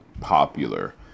popular